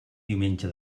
diumenge